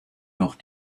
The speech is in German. noch